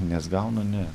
nes gauna ne